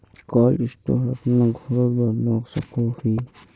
Cold store अपना घोरोत बनवा सकोहो ही?